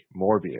Morbius